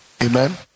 Amen